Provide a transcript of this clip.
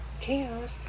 chaos